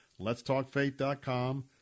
Letstalkfaith.com